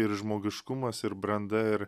ir žmogiškumas ir branda ir